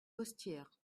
costières